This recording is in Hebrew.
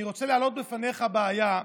אני רוצה להעלות בפניך בעיה: